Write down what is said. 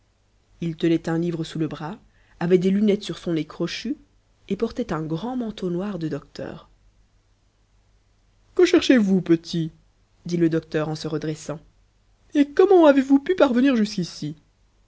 il tenait un livre sous le bras avait des lunettes sur son nez crochu et portait un grand manteau noir de docteur que cherchez-vous petit dit le docteur en se redressant et comment avez-vous pu parvenir jusqu'ici